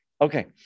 Okay